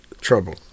trouble